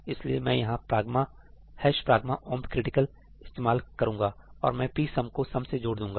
इसलिए मैं यहां pragma omp critical ' pragma omp critical'इस्तेमाल करूंगा और मैं psum को सम से जोड़ दूंगा